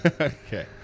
okay